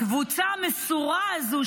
הקבוצה המסורה הזו,